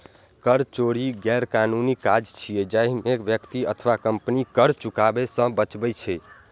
कर चोरी गैरकानूनी काज छियै, जाहि मे व्यक्ति अथवा कंपनी कर चुकाबै सं बचै छै